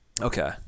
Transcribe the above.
Okay